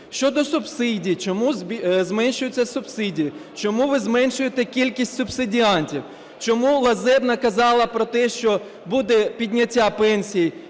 Щодо субсидій. Чому зменшуються субсидії, чому ви зменшуєте кількість субсидіантів? Чому Лазебна казала про те, що буде підняття пенсій